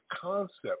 concept